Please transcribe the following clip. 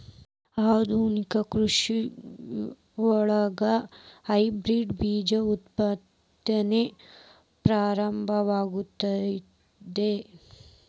ಆಧುನಿಕ ಕೃಷಿಯೊಳಗ ಹೈಬ್ರಿಡ್ ಬೇಜ ಉತ್ಪಾದನೆ ಪ್ರಮುಖವಾಗಿದೆ